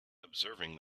observing